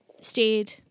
stayed